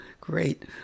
Great